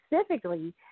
specifically